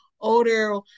older